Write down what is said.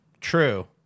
True